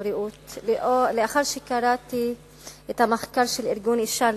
הבריאות לאחר שקראתי את המחקר של ארגון "אשה לאשה"